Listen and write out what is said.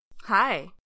Hi